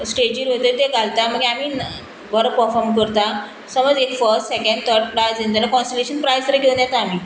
स्टेजीर वयतरी ते घालता मागीर आमी बरो पर्फोर्म करता समज एक फर्स्ट सेकेंड थर्ड प्रायज येना जाल्यार कॉन्सोलेशन प्रायज तर घेवन येता आमी